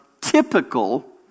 typical